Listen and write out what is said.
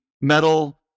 metal